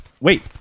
Wait